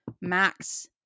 max